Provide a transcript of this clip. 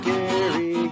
Gary